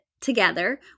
together